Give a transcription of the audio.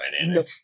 dynamic